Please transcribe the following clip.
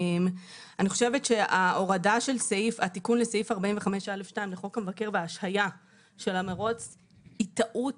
אני חושבת שהתיקון לסעיף 45(א)(2) לחוק המבקר וההשהיה של המרוץ היא טעות